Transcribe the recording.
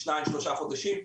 2-3 חודשים.